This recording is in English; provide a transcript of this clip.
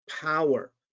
power